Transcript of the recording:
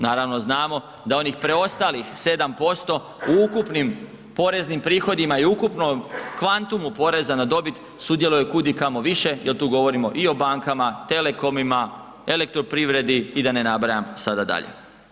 Naravno, znamo da onih preostalih 7% u ukupnim poreznim prihodima i ukupnom kvantumu poreza na dobit, sudjeluju kudikamo više jer tu govorimo i bankama, telekomima, elektroprivredi i da ne nabrajam sada dalje.